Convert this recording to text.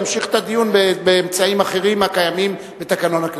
ימשיך את הדיון באמצעים אחרים הקיימים בתקנון הכנסת.